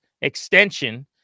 extension